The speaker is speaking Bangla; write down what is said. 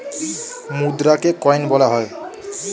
মুদ্রাকে কয়েন বলা হয়